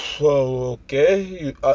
okay